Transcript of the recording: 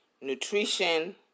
nutrition